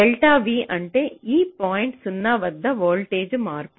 delta V అంటే ఈ point 0 వద్ద వోల్టేజ్లో మార్పు